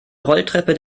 rolltreppe